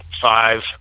five